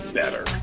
better